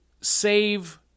save